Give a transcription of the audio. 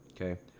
okay